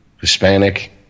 Hispanic